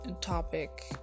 topic